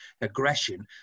aggression